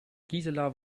gisela